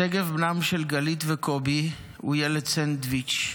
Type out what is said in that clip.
שגב, בנם של גלית וקובי הוא ילד סנדוויץ'